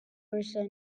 person